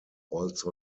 also